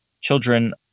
children